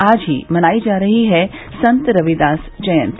आज ही मनाई जा रही है संत रविदास जयंती